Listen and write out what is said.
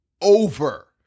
over